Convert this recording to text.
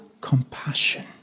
compassion